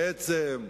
בעצם,